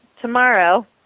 tomorrow